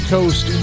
Coast